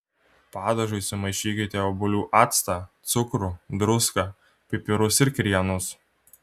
padažui sumaišykite obuolių actą cukrų druską pipirus ir krienus